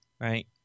Right